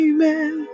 Amen